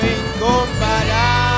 incomparable